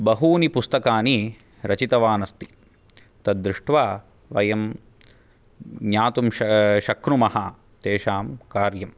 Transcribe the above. बहूनि पुस्तकानि रचितवान् अस्ति तद्दृष्ट्वा वयं ज्ञातुं श शक्नुमः तेषां कार्यम्